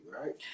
right